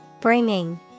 Bringing